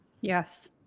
Yes